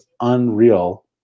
unreal